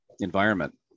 environment